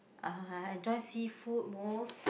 enjoy seafood most